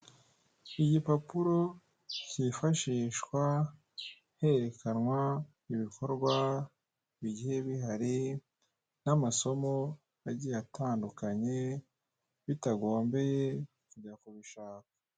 Igipapuro cyifashwishwa herekanwa ibikorwa bigiye bihari n'amasomo agiye atandukanye, bitagombeye kujya kubishaka.